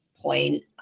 point